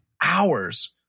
hours